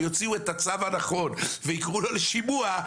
ויוציאו את הצו הנכון ויקראו לו לשימוע,